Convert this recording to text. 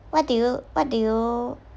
what do you what do you